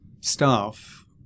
staff